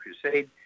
Crusade